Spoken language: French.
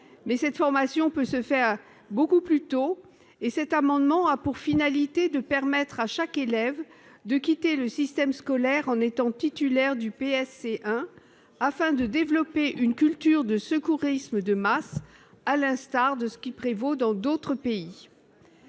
mais une telle formation peut se faire beaucoup plus tôt. Cet amendement a pour finalité de permettre à chaque élève de quitter le système scolaire en étant titulaire du PSC1 afin de développer une culture du secourisme de masse, à l'instar de ce qui existe dans d'autres pays.